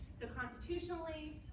so constitutionally,